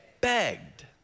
Begged